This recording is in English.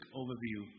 overview